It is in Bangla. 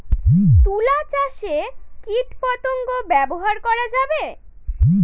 তুলা চাষে কীটপতঙ্গ ব্যবহার করা যাবে?